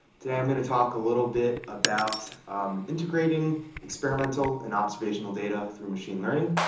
today, i'm gonna talk a little bit about integrating experimental and observational data through machine learning.